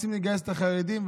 רוצים לגייס את החרדים.